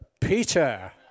Peter